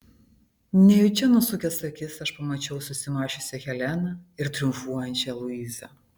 nejučia nusukęs akis aš pamačiau susimąsčiusią heleną ir triumfuojančią luizą